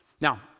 Now